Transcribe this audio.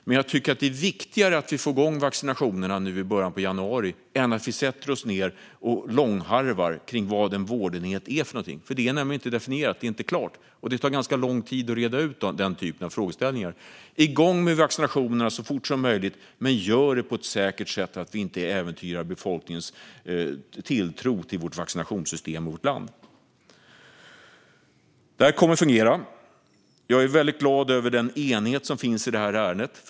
Men jag tycker att det är viktigare att vi får igång vaccinationerna nu i början av januari än att vi sätter oss ned och långharvar vad en vårdenhet är för någonting, för det är nämligen inte definierat och är alltså inte helt klart. Och det tar ganska lång tid att reda ut den typen av frågeställningar. Kom igång med vaccinationerna så fort som möjligt, men gör det på ett säkert sätt så att vi inte äventyrar befolkningens tilltro till vårt vaccinationssystem och vårt land. Det här kommer att fungera. Jag är väldigt glad över den enighet som finns i det här ärendet.